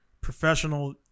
professional